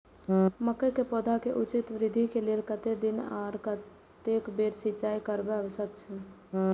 मके के पौधा के उचित वृद्धि के लेल कतेक दिन आर कतेक बेर सिंचाई करब आवश्यक छे?